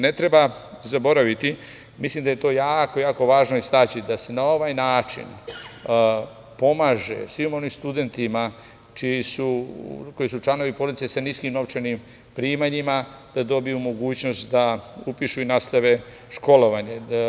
Ne treba zaboraviti, mislim da je to jako važno istaći, da se na ovaj način pomaže svim onim studentima koji su članovi porodice sa niskim novčanim primanjima, da dobiju mogućnost da upišu i nastave školovanje.